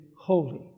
holy